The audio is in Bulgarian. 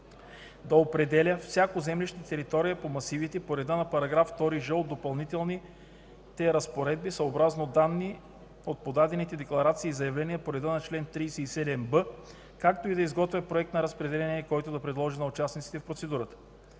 да определя всяко землище, територия по масивите по реда на § 2ж от Допълнителните разпоредби, съобразно данни от подадените декларации и заявления по реда на чл. 37б, както и да изготвя проект на разпределение, който да предложи на участниците в процедурата.